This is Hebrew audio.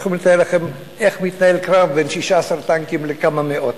אתם יכולים לתאר לכם איך מתנהל קרב בין 16 טנקים לכמה מאות.